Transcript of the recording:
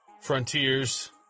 Frontiers